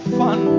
fun